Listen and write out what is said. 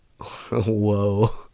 Whoa